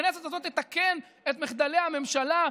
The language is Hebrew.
הכנסת הזאת תתקן את מחדלי הממשלה.